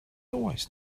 always